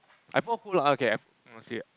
okay I put I put